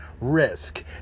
risk